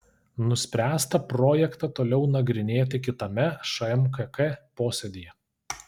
nuspręsta projektą toliau nagrinėti kitame šmkk posėdyje